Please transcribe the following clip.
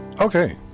Okay